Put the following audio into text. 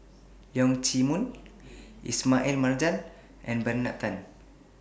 Leong Chee Mun Ismail Marjan and Bernard Tan